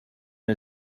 n’a